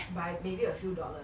by maybe a few dollars